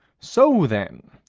so then,